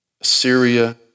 Assyria